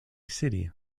city